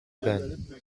then